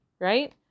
Right